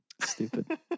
stupid